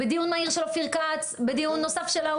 בדיון מהיר של אופיר כץ, בדיון נוסף של ההוא.